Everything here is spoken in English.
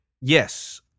yes